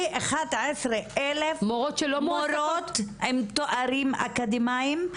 כ-11,000 מורות עם תארים אקדמאים.